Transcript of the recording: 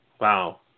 Wow